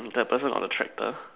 the person on the tractor